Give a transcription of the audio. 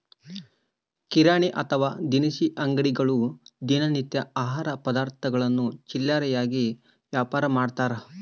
ಕಿರಾಣಿ ಅಥವಾ ದಿನಸಿ ಅಂಗಡಿಗಳು ದಿನ ನಿತ್ಯದ ಆಹಾರ ಪದಾರ್ಥಗುಳ್ನ ಚಿಲ್ಲರೆಯಾಗಿ ವ್ಯಾಪಾರಮಾಡ್ತಾರ